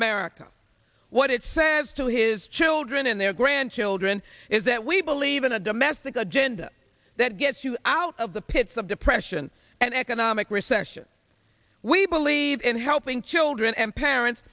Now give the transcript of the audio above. america what it says to his children and their grandchildren is that we believe in a domestic agenda that gets you out of the pits of depression and economic recession we believe in helping children and parents